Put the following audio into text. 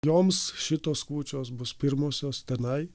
joms šitos kūčios bus pirmosios tenai